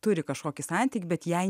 turi kažkokį santykį bet jai